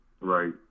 Right